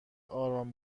آرام